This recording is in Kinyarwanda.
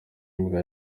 imbwa